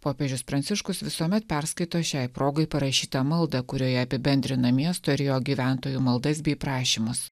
popiežius pranciškus visuomet perskaito šiai progai parašytą maldą kurioje apibendrina miesto ir jo gyventojų maldas bei prašymus